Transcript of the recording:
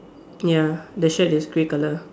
ya the shirt is grey colour